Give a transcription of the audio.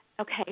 okay